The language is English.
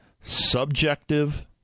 subjective